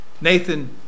Nathan